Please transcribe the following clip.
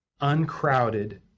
uncrowded